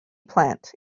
plant